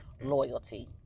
loyalty